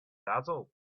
dazzled